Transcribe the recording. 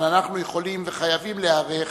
אבל אנחנו יכולים וחייבים להיערך